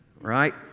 right